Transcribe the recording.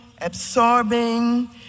absorbing